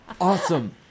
Awesome